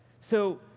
so,